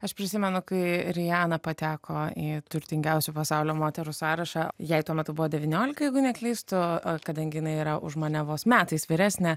aš prisimenu kai riana pateko į turtingiausių pasaulio moterų sąrašą jai tuo metu buvo devyniolika jeigu neklystu kadangi jinai yra už mane vos metais vyresnė